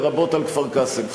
לרבות על כפר-קאסם,